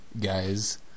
guys